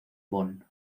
bon